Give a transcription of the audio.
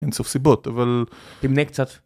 אין סוף סיבות, אבל... תמנה קצת.